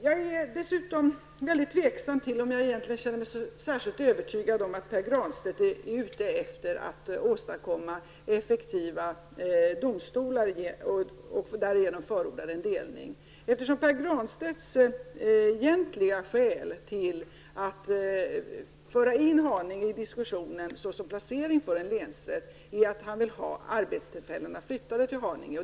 Jag är dessutom inte säker på att jag känner mig särskilt övertygad om att Pär Granstedt är ute efter att åstadkomma effektiva domstolar och att han därigenom förordar en delning, eftersom Pär Granstedts egentliga skäl till att föra in Haninge i diskussionen såsom möjlig placering för en länsrätt är att han vill ha arbetstillfällena flyttade till Haninge.